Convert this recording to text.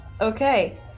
Okay